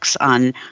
on